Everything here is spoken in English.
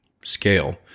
scale